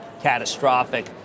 catastrophic